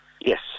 yes